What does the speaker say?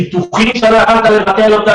ביטוחים שאתה לא יכול לבטל.